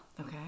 Okay